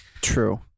True